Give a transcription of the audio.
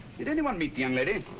did anyone meet the young lady?